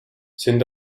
sind